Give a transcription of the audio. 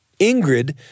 Ingrid